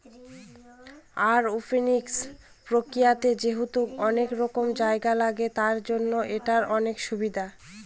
aeroponics প্রক্রিয়াতে যেহেতু অনেক কম জায়গা লাগে, তার জন্য এটার অনেক সুবিধা